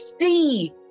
see